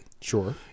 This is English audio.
Sure